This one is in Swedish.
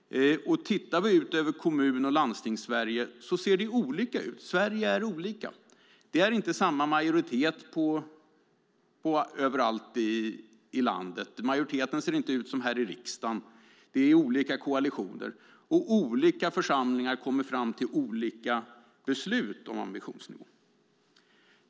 Tittar vi ut över Kommun och landstingssverige ser vi att det ser olika ut. Sverige är olika. Det är inte samma majoritet överallt i landet. Majoriteten ser inte ut som här i riksdagen. Det är olika koalitioner. Olika församlingar kommer fram till olika beslut om ambitionsnivån.